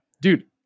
dude